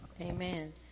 Amen